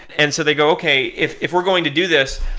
and so they go, okay, if if we're going to do this,